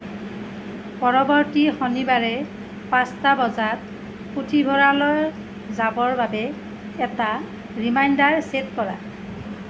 পৰৱৰ্তী শনিবাৰে পাঁচটা বজাত পুথিভঁৰাললৈ যাবৰ বাবে এটা ৰিমাইণ্ডাৰ ছেট কৰা